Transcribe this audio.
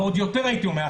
ועוד יותר הייתי אומר,